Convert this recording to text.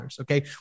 okay